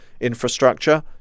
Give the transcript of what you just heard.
infrastructure